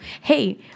hey